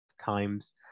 times